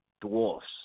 dwarfs